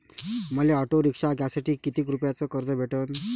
मले auto rickshaw घ्यासाठी कितीक रुपयाच कर्ज भेटनं?